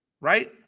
Right